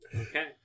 Okay